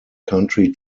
country